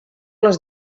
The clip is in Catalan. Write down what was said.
les